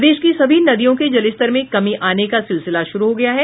प्रदेश की सभी नदियों के जलस्तर में कमी आने का सिलसिला शुरू हो गया है